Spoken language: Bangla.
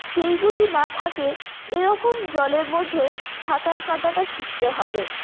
সেইগুলি না থাকে এরকম জলের মধ্যে সাঁতার কাটাটা শিখতে হবে